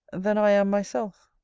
than i am myself.